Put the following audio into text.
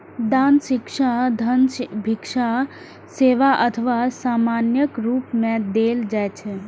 दान शिक्षा, धन, भिक्षा, सेवा अथवा सामानक रूप मे देल जाइ छै